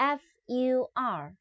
f-u-r